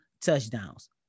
touchdowns